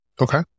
Okay